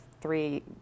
three